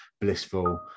blissful